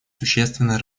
существенно